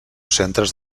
centres